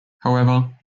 however